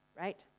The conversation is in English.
Right